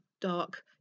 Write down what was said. dark